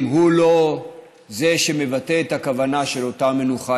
הוא לא זה שמבטא את הכוונה של אותה מנוחה.